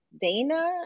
Dana